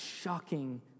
shocking